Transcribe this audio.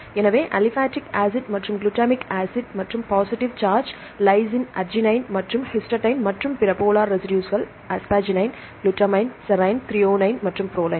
எனவே aspartic acid மற்றும் glutamic acid மற்றும் பாசிட்டிவ் சார்ஜ் லைசின் அர்ஜினைன் மற்றும் ஹிஸ்டைடின் மற்றும் பிற போலார் ரெசிடுஸ்கள் அஸ்பாராகைன் குளுட்டமைன் செரைன் த்ரோயோனைன் மற்றும் புரோலின்